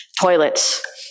toilets